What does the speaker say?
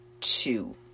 two